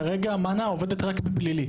כרגע מנ"ע עובדת רק בפלילית.